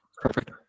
perfect